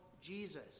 Jesus